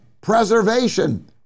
preservation